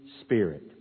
spirit